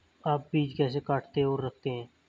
आप बीज कैसे काटते और रखते हैं?